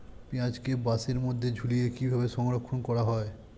পেঁয়াজকে বাসের মধ্যে ঝুলিয়ে কিভাবে সংরক্ষণ করা হয়?